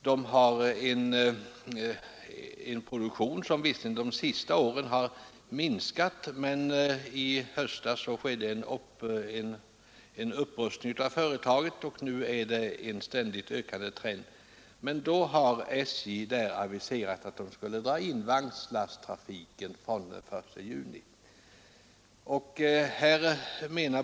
Visserligen har produktionen under de senaste åren minskat, men i höstas skedde en upprustning av företaget, och trenden är ständigt stigande. Nu har SJ aviserat indragning av vagnslasttrafiken från den 1 juni.